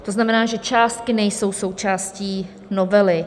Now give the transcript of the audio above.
To znamená, že částky nejsou součástí novely.